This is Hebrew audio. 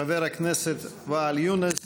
חבר הכנסת ואאל יונס